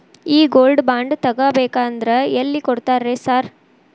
ಈ gold bond ತಗಾಬೇಕಂದ್ರ ಎಲ್ಲಿ ಕೊಡ್ತಾರ ರೇ ಸಾರ್?